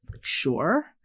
Sure